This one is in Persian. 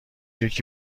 یکی